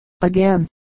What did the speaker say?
again